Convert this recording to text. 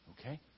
okay